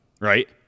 Right